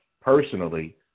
personally